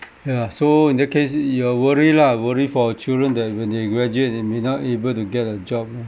ya so in that case you are worry lah worry for children that when they graduate they may not able to get a job lor